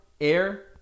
air